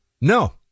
no